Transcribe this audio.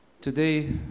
Today